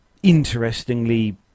interestingly